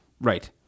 Right